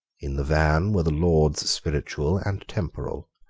in the van were the lords spiritual and temporal.